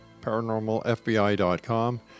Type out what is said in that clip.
paranormalfbi.com